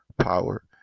power